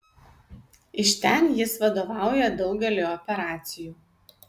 iš ten jis vadovauja daugeliui operacijų